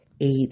eight